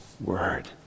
Word